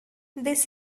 this